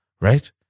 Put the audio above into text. right